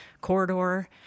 corridor